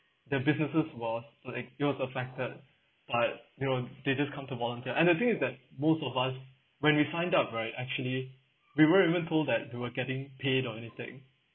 their businesses was to it it was affected but they were they just come to volunteer and the thing is that most of us when we sign up right actually we weren't even told that we will getting pay or anything